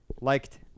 liked